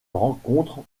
rencontre